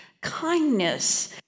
kindness